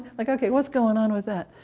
like okay, what's going on with that.